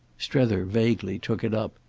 strether vaguely took it up.